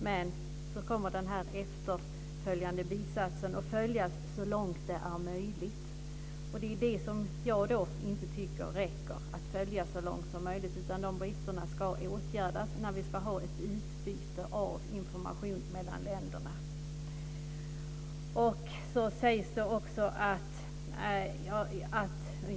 Sedan kommer den efterföljande bisatsen, nämligen följas så långt det är möjligt. Det är det jag inte tycker räcker. Bristerna ska åtgärdas - när det ska vara ett utbyte av information mellan länderna.